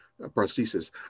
prosthesis